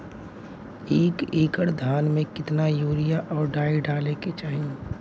एक एकड़ धान में कितना यूरिया और डाई डाले के चाही?